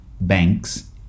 banks